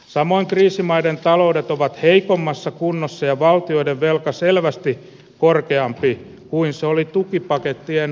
samoin kriisimaiden taloudet ovat heikommassa kunnossa ja valtioiden velka selvästi korkeampi kuin se oli tukipakettien